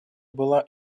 была